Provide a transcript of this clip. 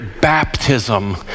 baptism